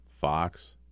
Fox